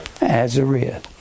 Azariah